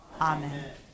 Amen